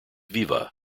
viva